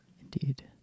Indeed